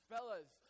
Fellas